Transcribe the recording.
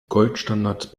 goldstandard